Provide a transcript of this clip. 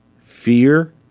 fear